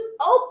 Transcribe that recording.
open